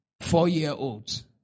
four-year-olds